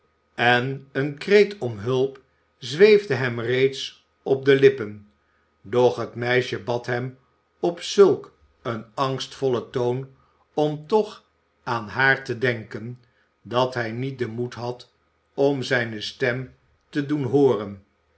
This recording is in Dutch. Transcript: en een kreet om hulp zweefde hem reeds op de lippen doch het meisje bad hem op zulk een angstvollen toon om toch aan haar te denken dat hij niet den moed had om zijne stem te doen hooren